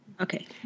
Okay